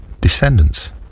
descendants